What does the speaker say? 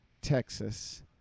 Texas